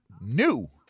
new